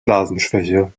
blasenschwäche